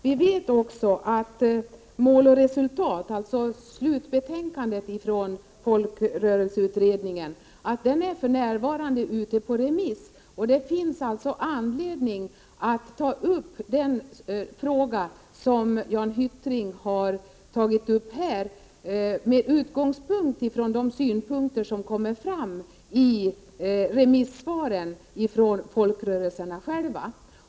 Vi vet också att slutbetänkandet, Mål och resultat, för närvarande är ute på remiss. Det finns således anledning att ta upp den fråga som Jan Hyttring berörde med utgångspunkt i de synpunkter som kommer fram i remissvaren från folkrörelserna själva.